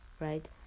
right